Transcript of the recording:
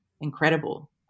incredible